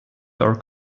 door